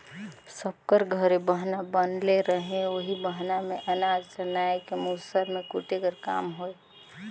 सब कर घरे बहना बनले रहें ओही बहना मे अनाज ल नाए के मूसर मे कूटे कर काम होए